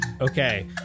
Okay